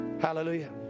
Hallelujah